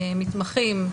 מתמחים,